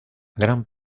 gran